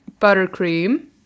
buttercream